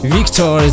Victor